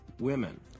women